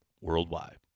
worldwide